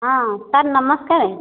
ହଁ ସାର୍ ନମସ୍କାର